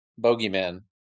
bogeyman